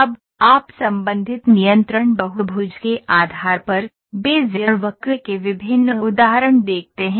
अब आप संबंधित नियंत्रण बहुभुज के आधार पर बेज़ियर वक्र के विभिन्न उदाहरण देखते हैं